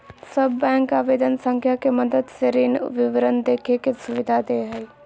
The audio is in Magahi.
सब बैंक आवेदन संख्या के मदद से ऋण विवरण देखे के सुविधा दे हइ